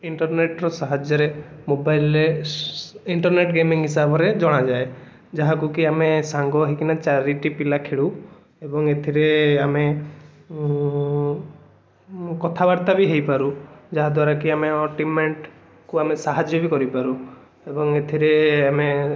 internet ର ସାହାଯ୍ୟରେ mobile ରେ ଇଣ୍ଟରନେଟ ଗେମିଙ୍ଗ ହିସାବରେ ଜଣାଯାଏ ଯାହାକୁ କି ଆମେ ସାଙ୍ଗ ହେଇକିନା ଚାରିଟି ପିଲା ଖେଳୁ ଏବଂ ଏଇଥିରେ ଆମେ କଥାବାର୍ତ୍ତା ବି ହେଇପାରୁ ଯାହାଦ୍ବାରା କି ଆମେ ଟିମମେଟକୁ ଆମେ ସାହାଯ୍ୟର ବି କରିପାରୁ ଏବଂ ଏଥିରେ ଆମେ